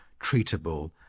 treatable